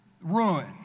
ruin